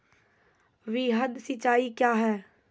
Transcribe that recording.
वृहद सिंचाई कया हैं?